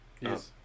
Yes